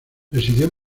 residió